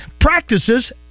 practices